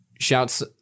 Shouts